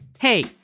Hey